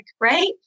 right